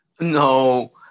No